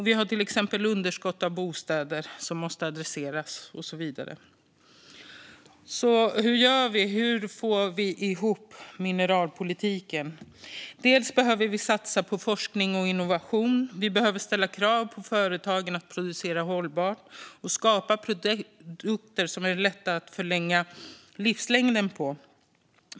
Vi har även exempelvis ett underskott av bostäder, vilket måste adresseras, och så vidare. Hur gör vi då? Hur får vi ihop mineralpolitiken? Dels behöver vi satsa på forskning och innovation, dels behöver vi ställa krav på företagen att producera hållbart och skapa produkter som det är lätt att förlänga livslängden på.